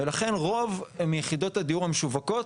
ולכן רוב הן יחידות הדיור המשווקות,